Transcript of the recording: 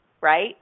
right